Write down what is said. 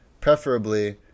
preferably